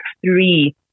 three